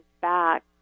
back